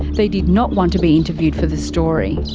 they did not want to be interviewed for this story.